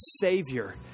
Savior